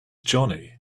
johnny